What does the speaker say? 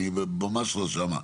אני ממש לא שם.